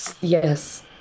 Yes